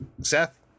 seth